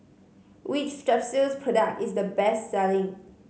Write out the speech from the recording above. which Strepsils product is the best selling